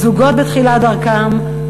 זוגות בתחילת דרכם,